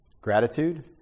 Gratitude